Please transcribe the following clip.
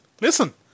listen